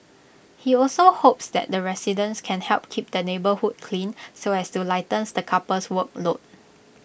he also hopes that residents can help keep the neighbourhood clean so as to lighten the couple's workload